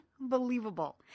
unbelievable